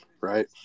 right